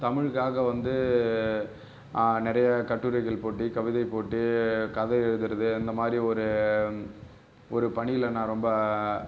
தமிழுக்காக வந்து நிறைய கட்டுரைகள் போட்டி கவிதை போட்டி கதை எழுதுவது அந்த மாதிரி ஒரு ஒரு பணியில் நான் ரொம்ப